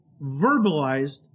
verbalized